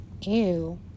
Ew